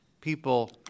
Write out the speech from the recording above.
people